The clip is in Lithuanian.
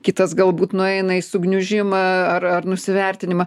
kitas galbūt nueina į sugniužimą ar ar nusivertinimą